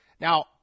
Now